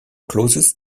clauses